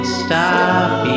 stop